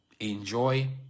Enjoy